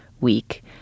week